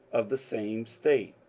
of the same state.